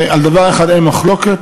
ועל דבר אחד אין מחלוקת,